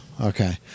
Okay